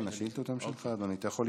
ההצעה להעביר את הנושא לוועדת הכספים נתקבלה.